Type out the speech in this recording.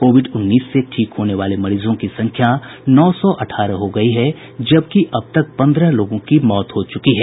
Covid उन्नीस से ठीक होने वाले मरीजों की संख्या नौ सौ अठारह हो गयी है जबकि अब तक पन्द्रह लोगों की मौत हो चुकी है